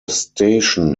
station